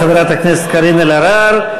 תודה לחברת הכנסת קארין אלהרר.